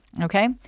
okay